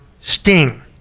sting